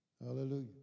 Hallelujah